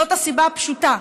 זאת הסיבה הפשוטה.